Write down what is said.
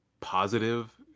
positive